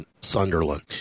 Sunderland